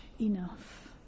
enough